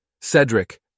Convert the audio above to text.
Cedric